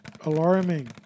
Alarming